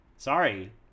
Sorry